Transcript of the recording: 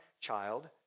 child